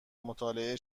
مطالعه